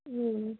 হুম